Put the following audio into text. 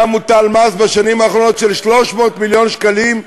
היה מוטל בשנים האחרונות מס של 300 מיליון שקלים.